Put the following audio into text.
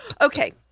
Okay